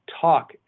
talk